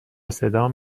صدام